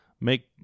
make